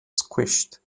squished